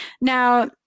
Now